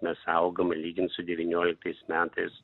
mes augom lygint su devynioliktais metais